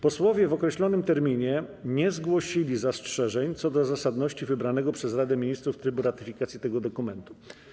Posłowie w określonym terminie nie zgłosili zastrzeżeń co do zasadności wybranego przez Radę Ministrów trybu ratyfikacji tego dokumentu.